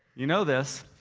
you know this,